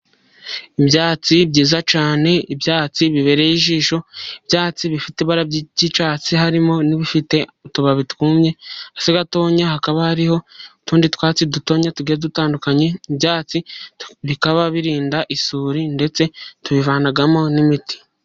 Ibyatsi byiza cyane, ibyatsi bibereye ijisho, ibyatsi bifite ibara ry'icyatsi harimo n'ibifite utubabi twumye, hasi gatoya hakaba hariho utundi twatsi dutoya tugiye dutandukanye, ibyatsi bikaba birinda isuri, ndetse tubivanamo n'imiti.